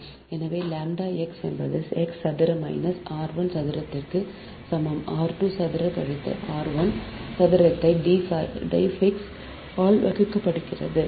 எனவே λ x என்பது x சதுர மைனஸ் r 1 சதுரத்திற்கு சமம் r 2 சதுர கழித்து r 1 சதுரத்தை d phi x ஆல் வகுக்கப்படுகிறது